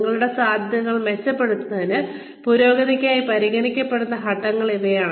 നിങ്ങളുടെ സാധ്യതകൾ മെച്ചപ്പെടുത്തുന്നതിന് പുരോഗതിക്കായി പരിഗണിക്കപ്പെടുന്ന ഘട്ടങ്ങൾ ഇവയാണ്